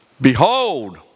Behold